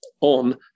on